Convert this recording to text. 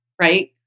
right